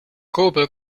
kobe